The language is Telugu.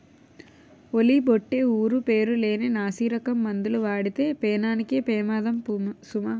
ఓలి బొట్టే ఊరు పేరు లేని నాసిరకం మందులు వాడితే పేనానికే పెమాదము సుమా